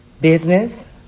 business